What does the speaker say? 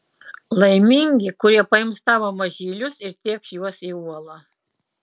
laimingi kurie paims tavo mažylius ir tėkš juos į uolą